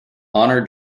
honor